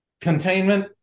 Containment